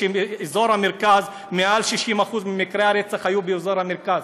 שמעל 60% ממקרי הרצח היו באזור המרכז,